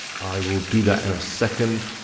i will do that in a second.